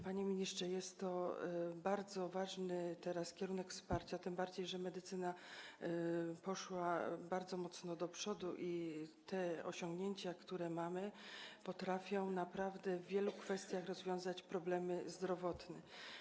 Panie ministrze, jest to teraz bardzo ważny kierunek wsparcia, tym bardziej że medycyna poszła bardzo mocno do przodu i dzięki tym osiągnięciom, które mamy, potrafimy naprawdę w wielu kwestiach rozwiązać problemy zdrowotne.